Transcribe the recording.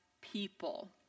people